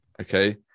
okay